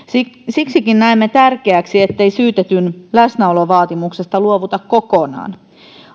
siksikin näemme tärkeäksi ettei syytetyn läsnäolovaatimuksesta luovuta kokonaan